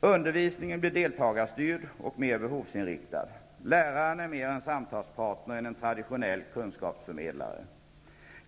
Undervisningen blir deltagarstyrd och mer behovsinriktad. Läraren är mer en samtalspartner än en traditionell kunskapsförmedlare.